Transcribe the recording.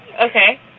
Okay